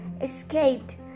escaped